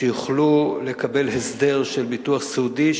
שיוכלו לקבל הסדר של ביטוח סיעודי,